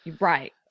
Right